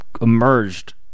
emerged